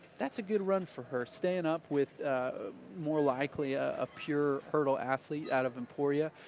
that's a good run for her. staying up with more likely ah a pure hurdle athlete out of emporia.